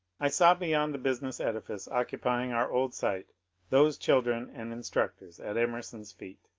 i saw beyond the business edifice occupying our old site those children and instructors at emerson's feet.